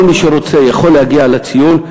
כל מי שרוצה יכול להגיע לַציוּן.